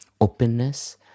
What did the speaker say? openness